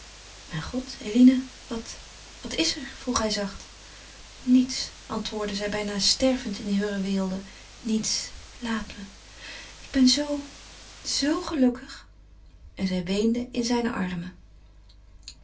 mijn god eline wat wat is er vroeg hij zacht niets antwoordde zij bijna stervend in heure weelde niets laat me ik ben zoo zoo gelukkig en zij weende in zijne armen